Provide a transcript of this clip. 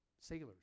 sailors